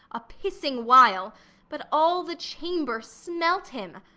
a pissing while but all the chamber smelt him.